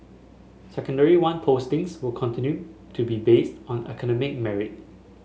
Secondary One postings will continue to be based on academic merit